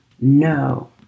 No